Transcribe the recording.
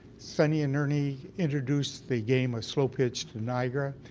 sonny and ernie introduced the game of slo-pitch to niagara,